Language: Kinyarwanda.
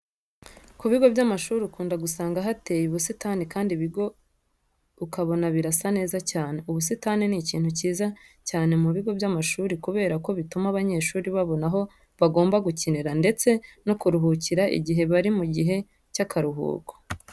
Ku bigo by'amashuri ukunda gusanga hateye ubusitani kandi ibigo ukabona birasa neza cyane. Ubusitani ni ikintu cyiza cyane mu bigo by'amashuri kubera ko bituma abanyeshuri babona aho bagomba gukinira ndetse no kuruhukira igihe bari mu gihe cy'akaruhuko.